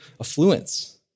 affluence